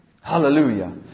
Hallelujah